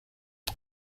how